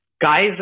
Guys